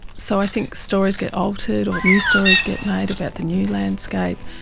so i think stories get altered or new stories get made about the new landscape.